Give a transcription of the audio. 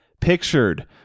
pictured